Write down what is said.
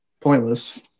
pointless